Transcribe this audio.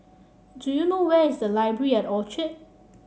do you know where is Library at Orchard